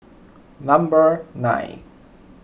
number nine